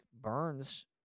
Burns